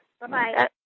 Bye-bye